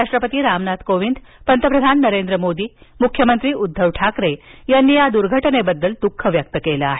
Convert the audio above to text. राष्ट्रपती रामनाथ कोविंद पंतप्रधान नरेंद्र मोदी मुख्यमंत्री उद्धव ठाकरे यांनी या दुर्घटनेबद्दल दुःख व्यक्त केलं आहे